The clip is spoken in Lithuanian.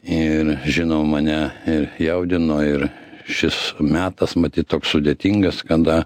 ir žinau mane ir jaudino ir šis metas matyt toks sudėtingas kada